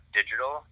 digital